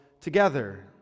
together